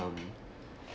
um